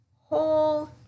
whole